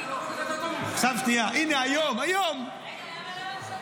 רגע, למה לא --- שנייה, אני עונה.